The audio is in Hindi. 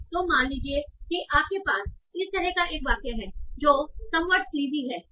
तो मान लीजिए कि आपके पास इस तरह का एक वाक्य है जो सम व्हाट स्लीज़ी है